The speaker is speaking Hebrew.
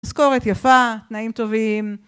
משכורת יפה, תנאים טובים.